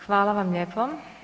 Hvala vam lijepo.